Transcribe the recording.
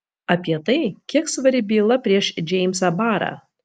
apie tai kiek svari byla prieš džeimsą barą